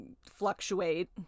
fluctuate